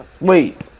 Wait